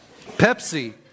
Pepsi